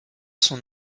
son